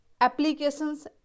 applications